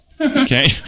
Okay